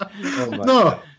no